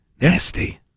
nasty